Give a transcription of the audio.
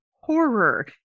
horror